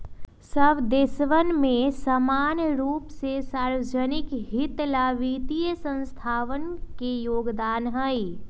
सब देशवन में समान रूप से सार्वज्निक हित ला वित्तीय संस्थावन के योगदान हई